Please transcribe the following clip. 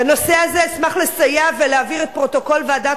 בנושא הזה אשמח לסייע ולהעביר את פרוטוקול ועדת